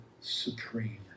supreme